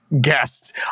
guest